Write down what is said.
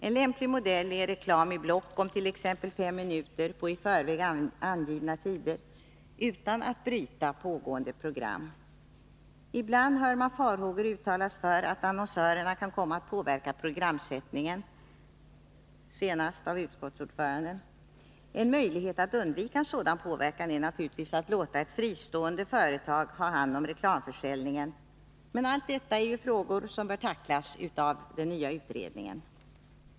En lämplig modell är reklam i block om t.ex. fem minuter på i förväg angivna tider utan att bryta pågående program. Ibland hör man farhågor uttalas för att annonsörerna kan komma att påverka programsättningen — senast av utskottsordföranden. En möjlighet att undvika sådan påverkan är naturligtvis att låta ett fristående företag ta hand om reklamförsäljningen, men allt detta är frågor som bör tacklas av den nya utredningen.